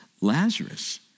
Lazarus